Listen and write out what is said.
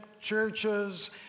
churches